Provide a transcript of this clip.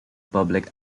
public